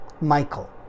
Michael